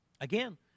Again